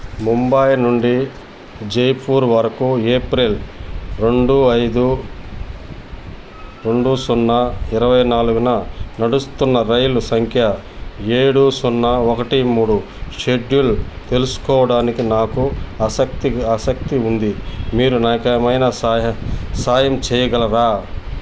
ముంబై నుండి జైపూర్ వరకు ఏప్రిల్ రెండు ఐదు రెండు సున్నా ఇరవై నాలుగున నడుస్తున్న రైలు సంఖ్య ఏడు సున్నా ఒకటి మూడు షెడ్యూల్ తెలుసుకోవడానికి నాకు ఆసక్తి ఆసక్తి ఉంది మీరు నాకు ఏమైనా సాహె సాయం చేయగలరా